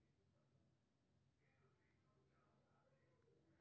भारतीय स्टेट बैंकक मुख्यालय मुंबई, महाराष्ट्र मे छै